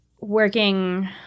working